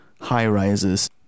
high-rises